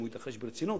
אם הוא יתרחש ברצינות,